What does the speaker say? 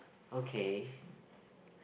okay